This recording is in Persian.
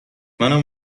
منم